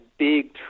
big